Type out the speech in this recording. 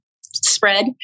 spread